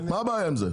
מה הבעיה עם זה?